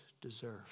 deserve